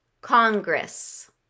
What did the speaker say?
Congress